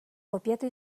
kopiatu